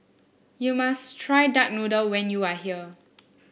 you must try Duck Noodle when you are here